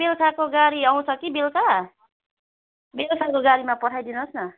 बेलुकाको गाडी आउँछ कि बेलुका बेलुकाको गाडीमा पठाइदिनुहोस् न